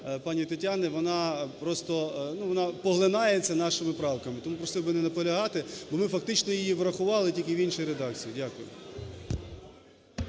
пані Тетяни, вона просто, вона поглинається нашими правками. Тому просив би не наполягати, бо ми фактично її врахували, тільки в іншій редакції. Дякую.